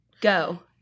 go